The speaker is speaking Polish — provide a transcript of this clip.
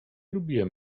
lubiłem